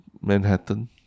Manhattan